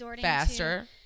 faster